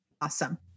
Awesome